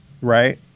Right